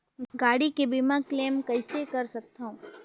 गाड़ी के बीमा क्लेम कइसे कर सकथव?